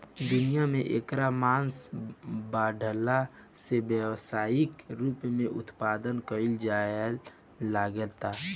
दुनिया में एकर मांग बाढ़ला से व्यावसायिक रूप से उत्पदान कईल जाए लागल